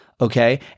okay